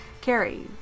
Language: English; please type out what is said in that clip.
Carrie